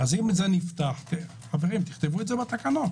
אם זה נפתח, חברים, תכתבו את זה בתקנות.